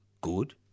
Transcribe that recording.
good